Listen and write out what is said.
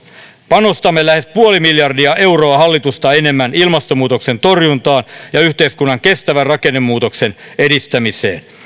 panostamme lähes puoli miljardia euroa hallitusta enemmän ilmastonmuutoksen torjuntaan ja yhteiskunnan kestävän rakennemuutoksen edistämiseen